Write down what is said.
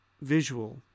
visual